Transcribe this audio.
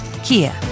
Kia